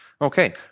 Okay